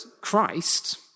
Christ